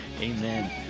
amen